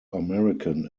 american